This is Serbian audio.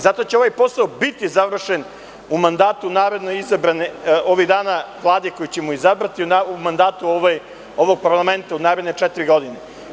Zato će ovaj posao biti završen u mandatu naredno izabrane, ovih dana Vlade koju ćemo izabrati, u mandatu ovog parlamenta u naredne četiri godine.